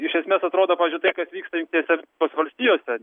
iš esmės atrodo pavyzdžiui tas kas vyksta jungtinėse amerikos valstijose